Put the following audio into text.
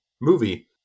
movie